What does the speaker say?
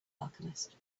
alchemist